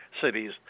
cities